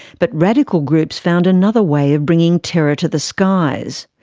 but radical groups found another way of bringing terror to the skies.